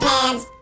Pants